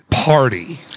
party